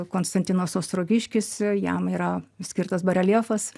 konstantinas ostrogiškis jam yra skirtas bareljefas